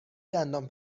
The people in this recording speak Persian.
دندان